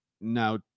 now